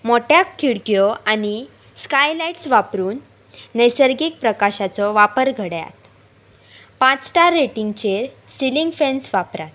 मोट्या खिडक्यो आनी स्कायलायट्स वापरून नैसर्गीक प्रकाशाचो वापर घडयात पांच स्टार रेटिंगचेर सिलींग फेन्स वापरात